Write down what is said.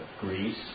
Greece